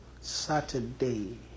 Saturday